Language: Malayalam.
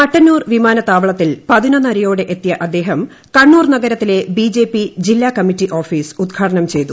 മട്ടന്നൂർ വിമാനത്താവളത്തിൽ പതിനൊന്നരയോടെ എത്തിയ അദ്ദേഹം കണ്ണൂർ നഗരത്തിലെ ബിജെപി ജില്ലാ കമ്മിറ്റി ഓഫീസ് ഉദ്ഘാടനം ചെയ്തു